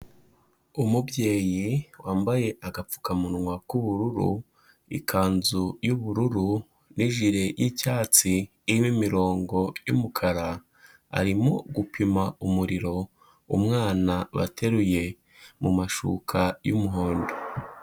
Umubyeyi wambaye agapfukamunwa k'ubururu, ikanzu y'ubururu n'ijire y'icyatsi irimo imirongo y'umukara, arimo gupima umuriro umwana bateruye mu mashuka y'umuhondo.